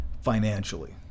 financially